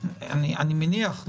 אני מניח,